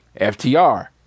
FTR